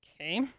Okay